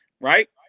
Right